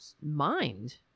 mind